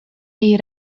jej